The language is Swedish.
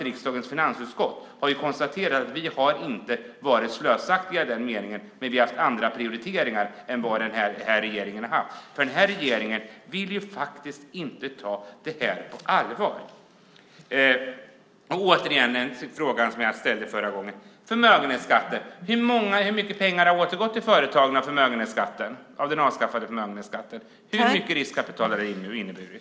Riksdagens finansutskott har konstaterat att vi inte har varit slösaktiga. Vi har andra prioriteringar än regeringen som inte vill ta detta på allvar. Återigen, hur mycket pengar av den avskaffade förmögenhetsskatten har återgått till företagen? Hur mycket riskkapital har det inneburit?